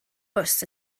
bws